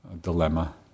dilemma